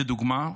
לדוגמה,